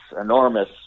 enormous